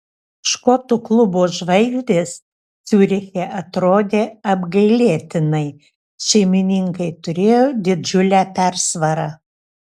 škotų klubo žvaigždės ciuriche atrodė apgailėtinai šeimininkai turėjo didžiulę persvarą